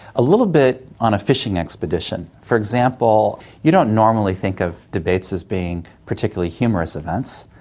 a little bit on a fishing expedition. for example, you don't normally think of debates as being particularly humorous events,